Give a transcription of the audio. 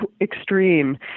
extreme